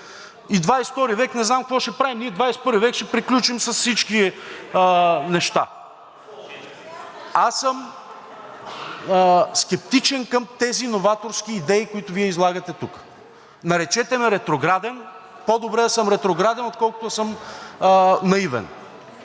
И XXII век не знам какво ще правим?! Ние XXI век ще приключим с всички неща. Аз съм скептичен към тези новаторски идеи, които Вие излагате тук. Наречете ме ретрограден. По-добре да съм ретрограден, отколкото да съм наивен.